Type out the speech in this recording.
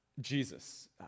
Jesus